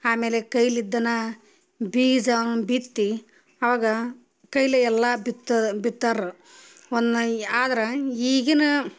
ಆಮೇಲೆ ಕೈಲಿ ದನ ಬೀಜ ಬಿತ್ತಿ ಆವಾಗ ಕೈಲೆ ಎಲ್ಲಾ ಬಿತ್ತ್ ಬಿತ್ತಾರ ಒನ್ನಯ ಆದ್ರೆ ಈಗಿನ